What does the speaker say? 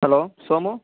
hello Somu